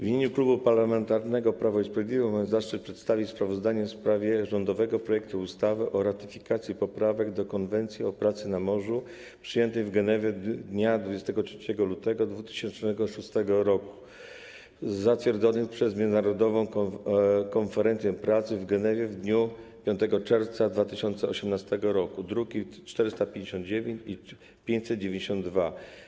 W imieniu Klubu Parlamentarnego Prawo i Sprawiedliwość mam zaszczyt przedstawić sprawozdanie o rządowym projekcie ustawy o ratyfikacji Poprawek do Konwencji o pracy na morzu, przyjętej w Genewie dnia 23 lutego 2006 r., zatwierdzonych przez Międzynarodową Konferencję Pracy w Genewie w dniu 5 czerwca 2018 r., druki nr 459 i 592.